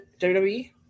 WWE